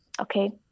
Okay